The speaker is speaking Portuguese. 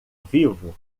vivo